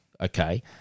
okay